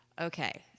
Okay